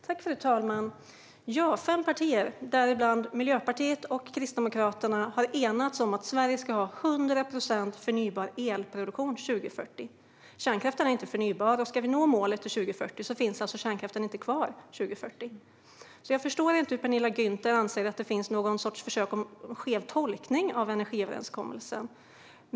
Fru talman! Fem partier, däribland Miljöpartiet och Kristdemokraterna, har enats om att Sverige ska ha 100 procent förnybar elproduktion 2040. Kärnkraften är inte förnybar, och ska vi nå målet till 2040 finns alltså kärnkraften inte kvar då. Jag förstår inte hur Penilla Gunther anser att det finns en sorts försök till skev tolkning av energiöverenskommelsen.